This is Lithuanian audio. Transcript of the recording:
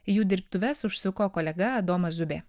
į jų dirbtuves užsuko kolega domas zubė